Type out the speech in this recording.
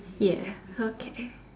ya okay